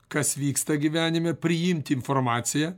kas vyksta gyvenime priimti informaciją